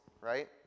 right